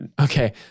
Okay